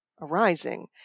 arising